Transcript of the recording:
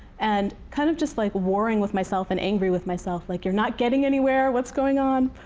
and kind of just like waring with myself, and angry with myself, like you're not getting anywhere. what's going on?